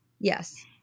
Yes